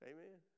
Amen